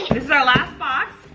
is our last box,